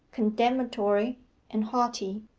condemnatory, and haughty.